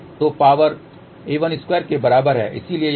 तो power a12 के बराबर है